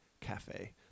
cafe